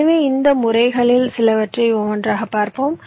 எனவே இந்த முறைகளில் சிலவற்றை ஒவ்வொன்றாகப் பார்ப்போம்